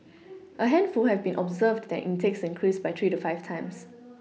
a handful have even observed their intakes increase by three to five times